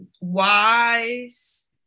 wise